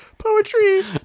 Poetry